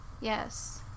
yes